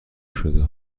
شده